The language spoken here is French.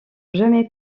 jamais